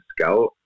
scout